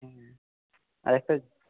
হুম আর একটা